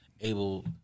able